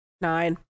nine